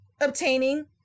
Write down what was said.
obtaining